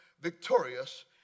victorious